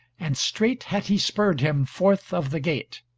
and straight had he spurred him forth of the gate.